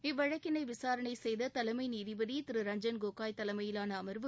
இவ்வழக்கினை விசாரணை செய்த தலைமை நீதிபதி திரு ரஞ்ஜன் கோகோய் தலைமையிலான அம்வு